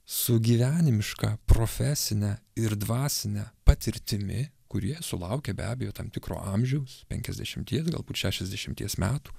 su gyvenimiška profesine ir dvasine patirtimi kurie sulaukę be abejo tam tikro amžiaus penkiasdešimties galbūt šešiasdešimties metų